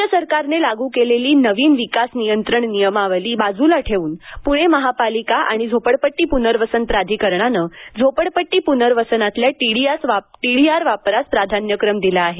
राज्य सरकारने लागू केलेली नवीन विकास नियंत्रण नियमावली बाजूला ठेवून पुणे महापालिका आणि झोपडपट्टी पुनर्वसन प्राधिकरणानं झोपडपट्टी पुनर्वसनातल्या टीडीआर वापरास प्राधान्यक्रम दिला आहे